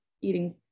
eating